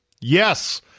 Yes